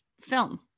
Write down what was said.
film